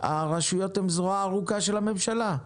הרשויות הן הזרוע הארוכה של הממשלה.